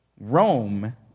Rome